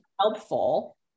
helpful